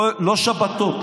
לא שבתות,